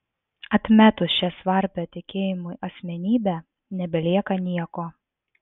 atmetus šią svarbią tikėjimui asmenybę nebelieka nieko